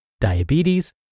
diabetes